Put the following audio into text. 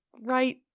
right